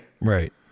Right